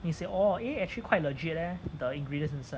he said oh eh actually quite legit leh the ingredients inside